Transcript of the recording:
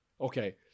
Okay